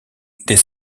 des